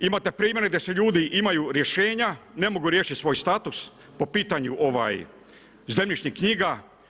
Imate primjere gdje ljudi imaju rješenja, ne mogu riješiti svoj status po pitanju zemljišnih knjiga.